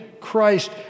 Christ